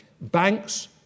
banks